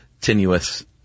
tenuous